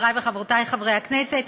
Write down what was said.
חברי וחברותי חברי הכנסת,